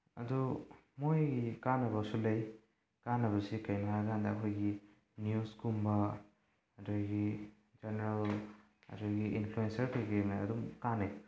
ꯑꯗꯨ ꯃꯣꯏꯒꯤ ꯀꯥꯟꯅꯕꯁꯨ ꯂꯩ ꯀꯥꯟꯅꯕꯁꯦ ꯀꯩꯅꯣ ꯍꯥꯏꯔꯀꯥꯟꯗ ꯑꯩꯈꯣꯏꯒꯤ ꯅ꯭ꯌꯨꯁꯀꯨꯝꯕ ꯑꯗꯒꯤ ꯖꯔꯅꯦꯜ ꯑꯗꯒꯤ ꯏꯟꯐ꯭ꯂꯨꯋꯦꯟꯁꯔ ꯀꯔꯤ ꯀꯔꯤ ꯃꯌꯥꯝ ꯑꯗꯨꯝ ꯀꯟꯅꯩ